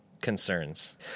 concerns